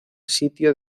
sitio